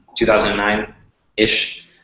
2009-ish